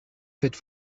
fête